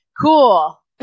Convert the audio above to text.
Cool